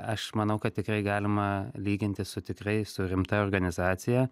aš manau kad tikrai galima lyginti su tikrai su rimta organizacija